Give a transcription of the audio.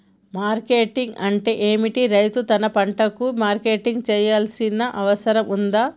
Marketing అంటే ఏమిటి? రైతు తన పంటలకు మార్కెటింగ్ చేయాల్సిన అవసరం ఉందా?